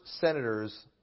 senators